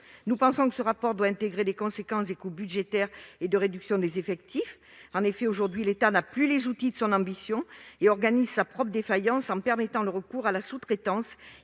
carbone définie. Ce rapport doit intégrer les conséquences des coupes budgétaires et de réduction des effectifs. En effet, aujourd'hui, l'État n'a plus les outils de son ambition et organise sa propre défaillance, en permettant le recours à la sous-traitance